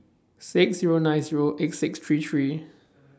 six Zero nine Zero eight six three three